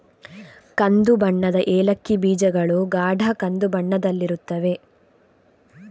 ಕಂದು ಬಣ್ಣದ ಏಲಕ್ಕಿ ಬೀಜಗಳು ಗಾಢ ಕಂದು ಬಣ್ಣದಲ್ಲಿರುತ್ತವೆ